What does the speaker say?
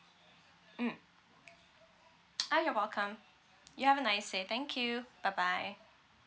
mm uh you're welcome you have a nice day thank you bye bye